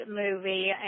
movie